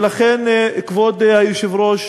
ולכן, כבוד היושב-ראש,